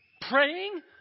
praying